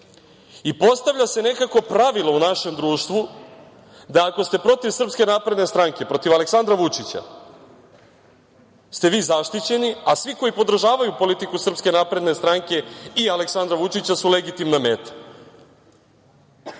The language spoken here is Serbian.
se nekako pravilo u našem društvu da ako ste protiv Srpske napredne stranke, protiv Aleksandra Vučića, ste vi zaštićeni, a svi koji podržavaju politiku Srpske napredne stranke i Aleksandra Vučića su legitimna